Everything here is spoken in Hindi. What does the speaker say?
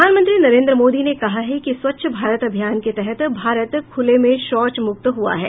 प्रधानमंत्री नरेन्द्र मोदी ने कहा है कि स्वच्छ भारत अभियान के तहत भारत खुले में शौच मुक्त हुआ है